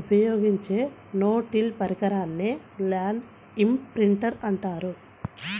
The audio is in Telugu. ఉపయోగించే నో టిల్ పరికరాన్నే ల్యాండ్ ఇంప్రింటర్ అంటారు